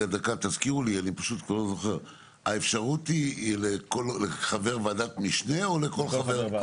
תזכירו לי: האפשרות היא לכל חבר ועדת משנה או לכל חבר מועצה?